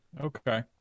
Okay